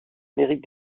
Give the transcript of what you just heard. mérite